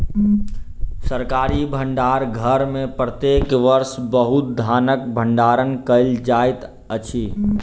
सरकारी भण्डार घर में प्रत्येक वर्ष बहुत धानक भण्डारण कयल जाइत अछि